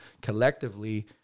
collectively